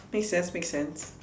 make sense make sense